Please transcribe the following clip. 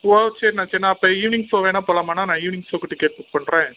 ஓ சரிணா சரிணா அப்போ ஈவினிங் ஷோ வேணும்னா போகலாமானா நான் ஈவினிங் ஷோக்கு டிக்கெட் புக் பண்ணுற